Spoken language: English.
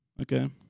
Okay